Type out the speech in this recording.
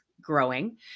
growing